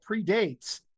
predates